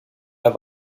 der